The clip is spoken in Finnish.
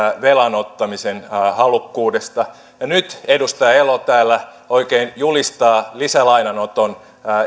velanottamisen halukkuudesta ja nyt edustaja elo täällä oikein julistaa lisälainanoton